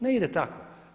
Ne ide tako.